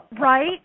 Right